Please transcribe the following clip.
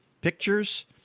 pictures